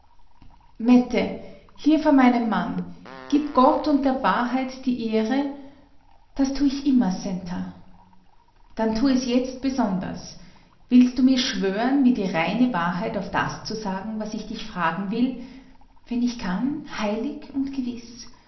mette hier vor meinem mann gib gott und der wahrheit die ehre das tu ich immer centa dann tu es jetzt besonders willst du mir schwören mir die reine wahrheit auf das zu sagen was ich dich fragen will wenn ich kann heilig und gewiß